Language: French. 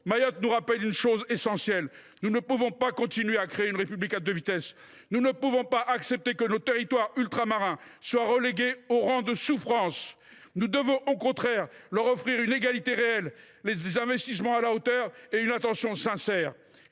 Mayotte nous rappelle une chose essentielle : nous ne pouvons pas laisser se perpétuer une République à deux vitesses ! Nous ne pouvons pas accepter que nos territoires ultramarins soient relégués au rang de « sous France »! Nous devons au contraire leur offrir une égalité réelle, leur consacrer des investissements à la hauteur et une attention sincère.